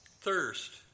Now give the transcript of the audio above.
thirst